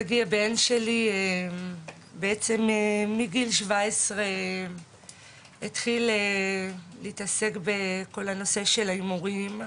שגיא הבן שלי בעצם מגיל שבע עשרה התחיל להתעסק בכל הנושא של ההימורים.